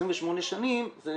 28 שנים זה